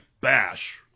Bash